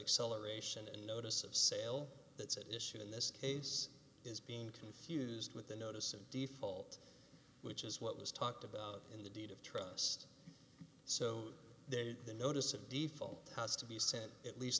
acceleration and notice of sale that's at issue in this case is being confused with the notice of default which is what was talked about in the deed of trust so that the notice of default has to be sent at least